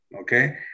okay